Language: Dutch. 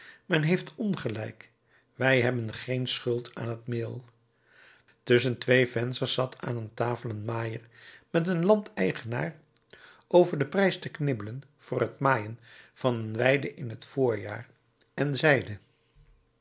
men heeft ongelijk wij hebben geen schuld aan t meel tusschen twee vensters zat aan een tafel een maaier met een landeigenaar over den prijs te knibbelen voor het maaien van een weide in t voorjaar en zeide